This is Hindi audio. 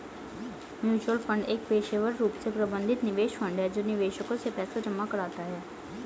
म्यूचुअल फंड एक पेशेवर रूप से प्रबंधित निवेश फंड है जो निवेशकों से पैसा जमा कराता है